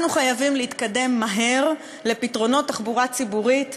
אנחנו חייבים להתקדם מהר לפתרונות תחבורה ציבורית,